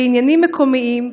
לעניינים מקומיים.